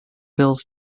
bills